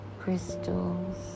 crystals